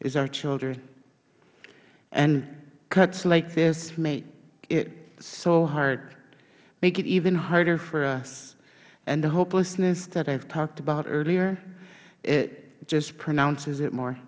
is our children and cuts like this make it so hard make it even harder for us and the hopelessness that i have talked about earlier it just pronounces it more